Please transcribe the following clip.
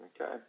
Okay